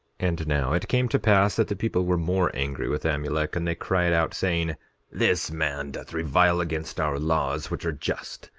and now it came to pass that the people were more angry with amulek, and they cried out, saying this man doth revile against our laws which are just,